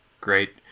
great